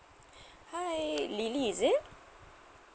hi lily is it